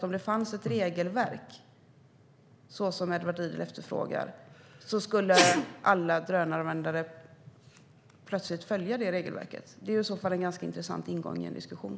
Om det fanns ett regelverk av den typ som Edward Riedl efterfrågar, menar Edward Riedl att alla drönaranvändare då plötsligt skulle följa det regelverket? Det är i så fall en ganska intressant ingång i en diskussion.